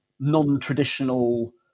non-traditional